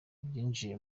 byinjiye